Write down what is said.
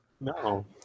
no